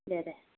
दे दे